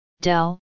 Dell